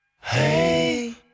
hey